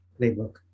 playbook